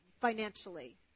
financially